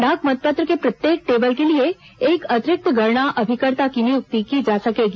डाक मतपत्र के प्रत्येक टेबल के लिए एक अतिरिक्त गणना अभिकर्ता की नियुक्ति की जा सकेगी